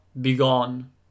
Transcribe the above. begone